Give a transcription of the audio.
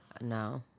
No